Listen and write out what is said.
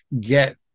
get